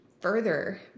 further